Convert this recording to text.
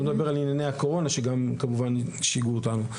שלא לדבר על ענייני הקורונה שגם כמובן שיגעו אותנו.